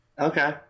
Okay